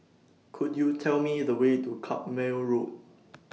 Could YOU Tell Me The Way to Carpmael Road